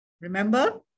remember